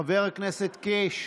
חבר הכנסת קיש,